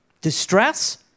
distress